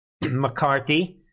McCarthy